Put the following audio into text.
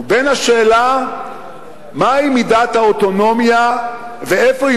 ובין השאלה מהי מידת האוטונומיה ואיפה היא